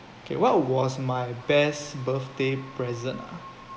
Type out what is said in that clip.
okay what was my best birthday present ah